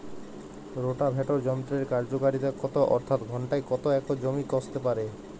Rotavator যন্ত্রের কার্যকারিতা কত অর্থাৎ ঘণ্টায় কত একর জমি কষতে পারে?